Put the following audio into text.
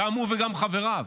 גם הוא וגם חבריו.